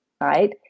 right